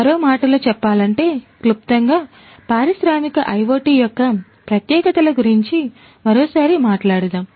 మరో మాటలో చెప్పాలంటే క్లుప్తంగా పారిశ్రామిక IoT యొక్క ప్రత్యేకతల గురించి మరోసారి మాట్లాడుదాం